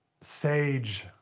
sage